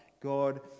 God